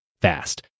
fast